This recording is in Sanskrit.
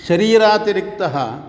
शरीरातिरिक्तः